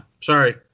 sorry